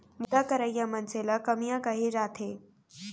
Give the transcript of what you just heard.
बूता करइया मनसे ल कमियां कहे जाथे